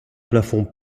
plafond